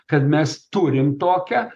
kad mes turim tokią